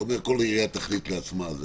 כשאתה אומר שכל עירייה תחליט לעצמה.